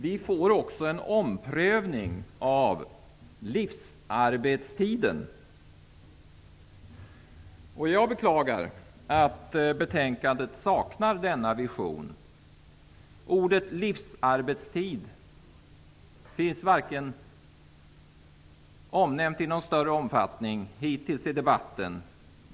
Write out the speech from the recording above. Det sker också en omprövning av livsarbetstiden. Jag beklagar att betänkandet saknar denna vision. Begreppet livsarbetstid är hittills inte omnämnt i någon större omfattning i debatten.